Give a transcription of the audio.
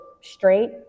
straight